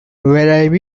when